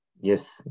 Yes